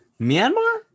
Myanmar